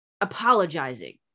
Apologizing